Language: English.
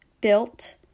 built